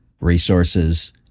resources